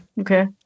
Okay